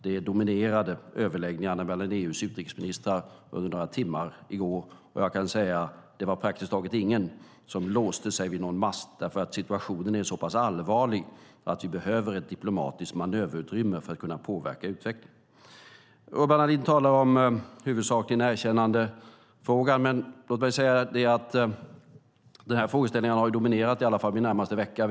Det dominerade överläggningarna med EU:s utrikesministrar under några timmar i går. Och jag kan säga att det var praktiskt taget ingen som låste sig vid någon mast, därför att situationen är så pass allvarlig att vi behöver ett diplomatiskt manöverutrymme för att kunna påverka utvecklingen. Urban Ahlin talar om huvudsaken erkännandefrågan. Men den här frågeställningen har dominerat i alla fall den senaste veckan.